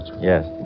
Yes